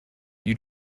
you